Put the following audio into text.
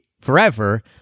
forever